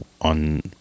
on